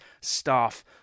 staff